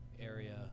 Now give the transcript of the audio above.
area